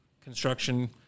construction